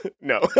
no